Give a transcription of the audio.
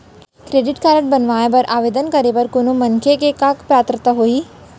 Credit card बनवाए बर आवेदन करे बर कोनो मनखे के का पात्रता होही?